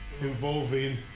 Involving